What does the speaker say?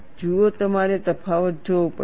જુઓ તમારે તફાવત જોવો પડશે